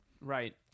Right